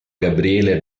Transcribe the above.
gabriele